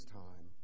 time